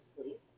sleep